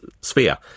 sphere